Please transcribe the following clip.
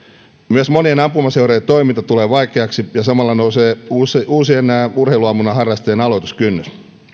myös monien ampumaseurojen toiminta tulee vaikeaksi ja samalla nousee uusien urheiluammunnan harrastajien aloituskynnys